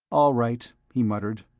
all right, he muttered,